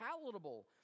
palatable